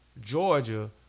georgia